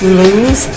lose